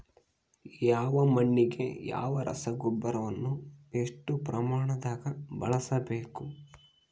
ಯಾವ ಮಣ್ಣಿಗೆ ಯಾವ ರಸಗೊಬ್ಬರವನ್ನು ಎಷ್ಟು ಪ್ರಮಾಣದಾಗ ಬಳಸ್ಬೇಕು?